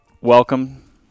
welcome